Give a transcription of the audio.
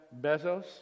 Bezos